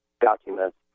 documents